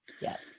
Yes